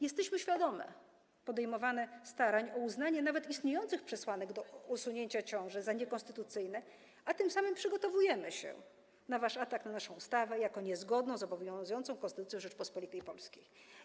Jesteśmy świadome podejmowanych starań o uznanie nawet istniejących przesłanek do usunięcia ciąży za niekonstytucyjne, a tym samym przygotowujemy się na wasz atak na naszą ustawę jako niezgodną z obowiązującą Konstytucją Rzeczypospolitej Polskiej.